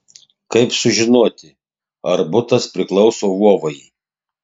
kaip sužinoti ar butas priklauso vovai